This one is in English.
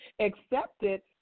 accepted